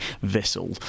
vessel